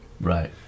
right